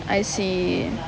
I see